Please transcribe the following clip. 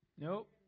Nope